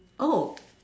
oh